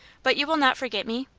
but you will not forget me?